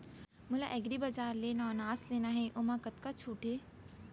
मोला एग्रीबजार ले नवनास लेना हे ओमा कतका छूट हे?